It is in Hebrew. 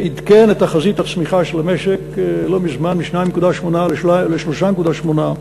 שלא מזמן עדכן את תחזית הצמיחה של המשק מ-2.8% ל-3.8%,